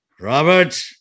Robert